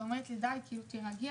היא ניסתה להרגיע אותי: תירגעי,